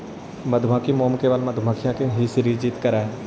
मधुमक्खी मोम केवल मधुमक्खियां ही सृजित करअ हई